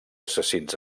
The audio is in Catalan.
assassins